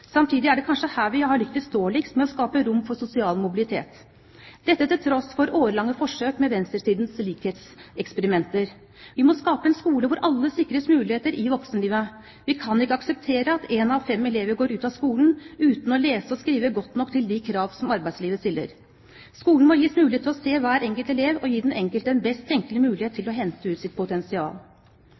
Samtidig er det kanskje her vi har lyktes dårligst med å skape rom for sosial mobilitet. Dette til tross for årelange forsøk med venstresidens likhetseksperimenter. Vi må skape en skole hvor alle sikres muligheter i voksenlivet. Vi kan ikke akseptere at én av fem elever går ut av skolen uten å lese og skrive godt nok for de krav som arbeidslivet stiller. Skolen må gis mulighet til å se hver enkelt elev og gi den enkelte en best tenkelig mulighet til å hente ut sitt potensial.